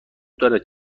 دارد